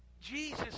Jesus